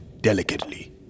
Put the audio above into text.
delicately